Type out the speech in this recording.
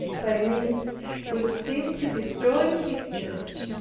by means which seem to destroy his church,